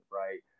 right